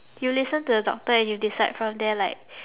you listen to the doctor and you decide from there like